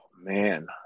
man